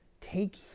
take